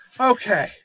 Okay